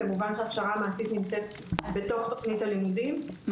ומובן שההכשרה המעשית נמצאת בתוך תכנית הלימודים,